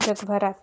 जगभरात